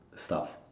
stuff